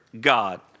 God